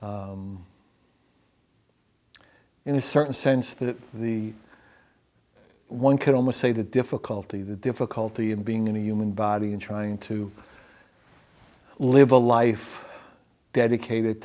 in a certain sense that the one could almost say the difficulty the difficulty in being in a human body and trying to live a life dedicated